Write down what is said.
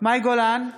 מאי גולן,